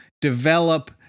develop